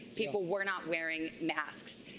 people were not wearing masks.